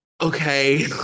okay